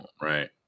right